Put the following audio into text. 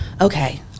okay